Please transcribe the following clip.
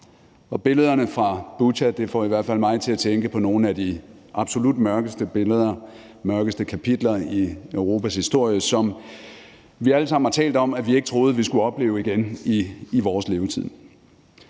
billederne fra Butja får i hvert fald mig til at tænke på nogle af de absolut mørkeste billeder, mørkeste kapitler i Europas historie, som vi alle sammen har talt om vi ikke troede vi skulle opleve igen i vores levetid.